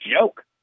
joke